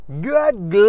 Good